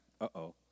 Uh-oh